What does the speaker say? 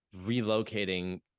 relocating